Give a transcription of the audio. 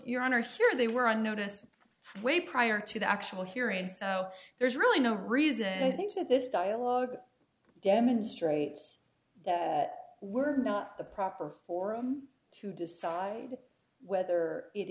your honor sure they were on notice way prior to the actual hearing so there's really no reason i think to this dialog demonstrates that we're not the proper forum to decide whether it